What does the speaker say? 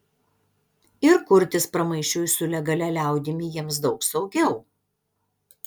ir kurtis pramaišiui su legalia liaudimi jiems daug saugiau